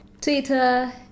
twitter